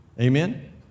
Amen